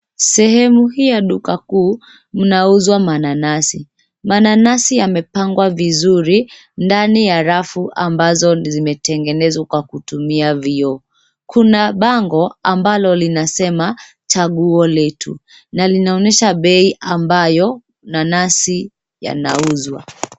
Sehemu hii ya duka kuu, mnauzwa mananasi. Mananasi yamepangwa vizuri ndani ya rafu ambazo zimetengenezwa kwa kutumia vioo. Kuna bango ambalo linasema, chaguo letu, na linaonyesha bei ambayo nanasi yanauzwa.